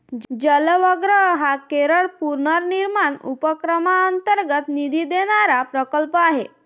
जयवग्रहम हा केरळ पुनर्निर्माण उपक्रमांतर्गत निधी देणारा प्रकल्प आहे